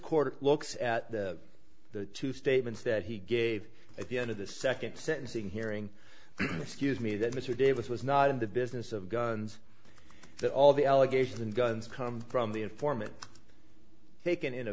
court looks at the two statements that he gave at the end of the second sentencing hearing excuse me that mr davis was not in the business of guns that all the allegations and guns come from the informant taken in a